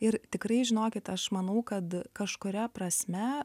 ir tikrai žinokit aš manau kad kažkuria prasme